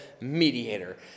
mediator